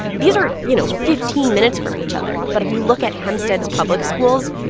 these are, you know, fifteen minutes from each other. but if you look at hempstead's public schools,